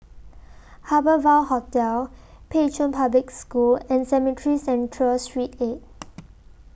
Harbour Ville Hotel Pei Chun Public School and Cemetry Central Sreet eight